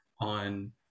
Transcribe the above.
on